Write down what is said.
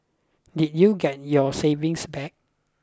did you get your savings back